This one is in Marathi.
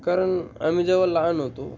कारण आम्ही जेव्हा लहान होतो